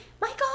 Michael